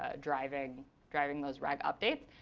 ah driving driving those reg updates.